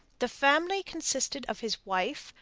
the family consisted of his wife,